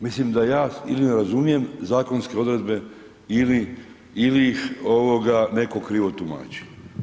Mislim da ja ili ne razumijem zakonske odredbe ili ih netko krivo tumači.